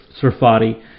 Surfati